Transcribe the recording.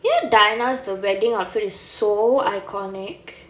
you know diana's the wedding outfit is so iconic